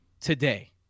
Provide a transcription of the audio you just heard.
today